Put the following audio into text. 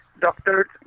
doctor